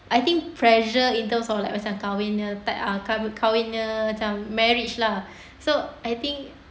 I think pressure in terms of like macam kahwin ke tak kahwin ke macam marriage lah so I think